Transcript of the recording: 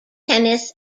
tennis